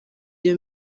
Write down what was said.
iyo